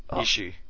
issue